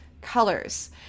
colors